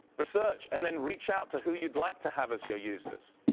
research and then reach out to who you'd like to have as your users.